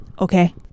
Okay